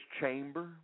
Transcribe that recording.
chamber